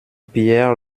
pierre